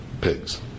pigs